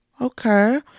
okay